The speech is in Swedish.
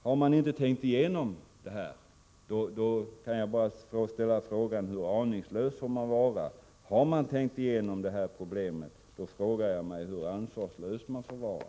Har man inte tänkt igenom detta problem, kan jag bara fråga: Hur aningslös får man vara? Har man tänkt igenom detta problem, frågar jag: Hur ansvarslös får man vara?